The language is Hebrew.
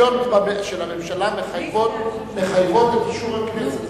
תוכניות של הממשלה מחייבות את אישור הכנסת.